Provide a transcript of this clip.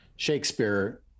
Shakespeare